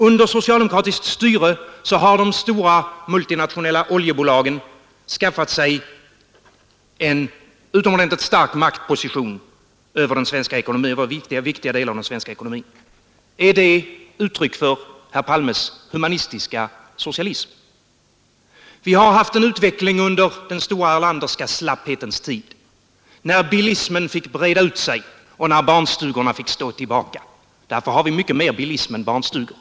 Under socialdemokratiskt styre har de stora multinationella oljebolagen skaffat sig en utomordentligt stark maktposition över viktiga delar av den svenska ekonomin. Är det ett uttryck för herr Palmes humanistiska socialism? Vi har haft en utveckling under den stora Erlanderska slapphetens tid, när bilismen fick breda ut sig, och när barnstugorna fick stå tillbaka. Därför har vi i dag mycket mer bilism än barnstugor.